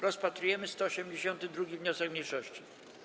Rozpatrujemy 182. wniosek mniejszości.